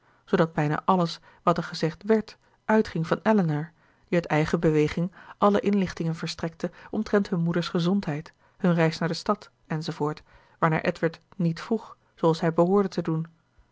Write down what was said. zoodat bijna alles wat er gezegd wèrd uitging van elinor die uit eigen beweging alle inlichtingen verstrekte omtrent hun moeder's gezondheid hun reis naar de stad enz waarnaar edward niet vroeg zooals hij behoorde te doen